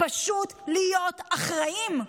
פשוט להיות אחראיים,